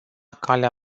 calea